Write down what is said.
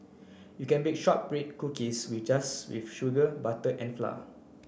you can bake shortbread cookies we just with sugar butter and flour